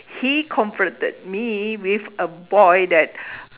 he confronted me with a boy that